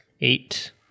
Eight